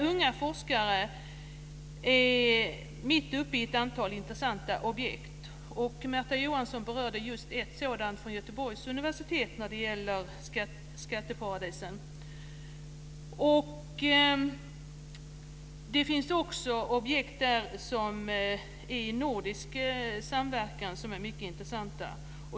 Unga forskare är mitt uppe i ett antal intressanta projekt. Märta Johansson berörde just ett sådant exempel från Göteborgs universitet när det gäller skatteparadisen. Det finns också projekt i nordisk samverkan som är mycket intressanta.